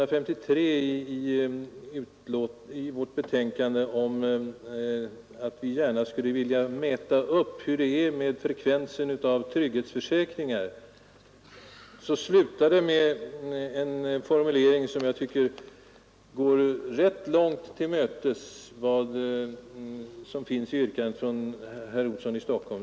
Vi skriver i betänkandet att vi gärna skulle vilja mäta upp hur det är med frekvensen av ansvarsförsäkringar, och på s. 153 slutar vi med en formulering som jag tycker går herr Olssons i Stockholm yrkande rätt mycket till mötes.